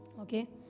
Okay